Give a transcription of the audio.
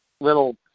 little